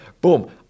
boom